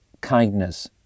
kindness